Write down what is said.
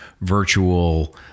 virtual